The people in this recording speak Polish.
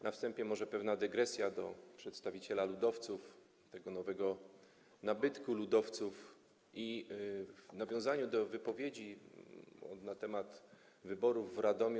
Na wstępie może pewna dygresja, którą kieruję do przedstawiciela ludowców, tego nowego nabytku ludowców, i nawiązanie do wypowiedzi na temat wyborów w Radomiu.